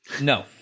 no